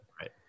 Right